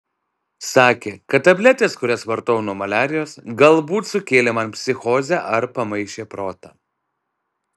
sakė kad tabletės kurias vartojau nuo maliarijos galbūt sukėlė man psichozę ar pamaišė protą